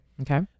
Okay